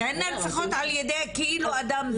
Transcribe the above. אז הן נרצחות כאילו על-ידי אדם זר,